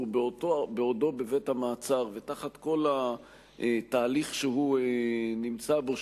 בעודו בבית-המעצר ותחת כל התהליך שהוא נמצא בו,